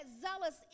zealous